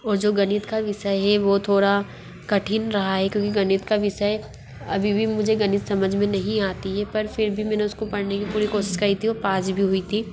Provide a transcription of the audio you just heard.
और वो गणित का विषय है वो थोड़ा कठिन रहा है क्योंकि गणित का विषय अभी भी मुझे गणित समझ मे नहीं आती है पर फिर भी मैंने उसको पढ़ने की पूरी कोशिश करी थी और पास भी हुई थी